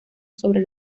sobre